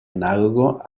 analogo